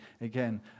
again